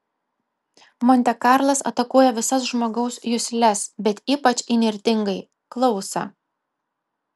monte karlas atakuoja visas žmogaus jusles bet ypač įnirtingai klausą